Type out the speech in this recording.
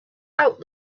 out